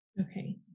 Okay